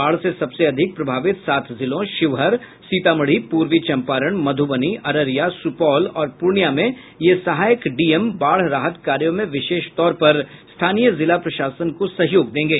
बाढ़ से सबसे अधिक प्रभावित सात जिलों शिवहर सीतामढ़ी पूर्वी चम्पारण मध्रबनी अररिया सुपौल और पूर्णियां में ये सहायक डीएम बाढ़ राहत कार्यों में विशेष तौर पर स्थानीय जिला प्रशासन को सहयोग देंगे